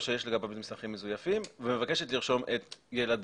שיש לגביו מסמכים מזויפים ומבקשת לרשום את ילדיה,